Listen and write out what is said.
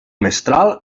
mestral